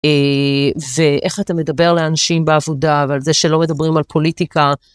אה... זה, איך אתה מדבר לאנשים בעבודה, ועל זה שלא מדברים על פוליטיקה,